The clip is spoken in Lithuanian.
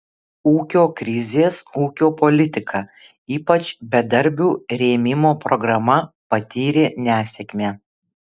ūkio krizės ūkio politika ypač bedarbių rėmimo programa patyrė nesėkmę